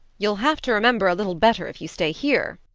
you'll have to remember a little better if you stay here,